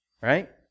Right